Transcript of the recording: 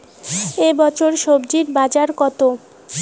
এ বছর স্বজি বাজার কত?